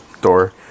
door